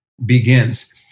begins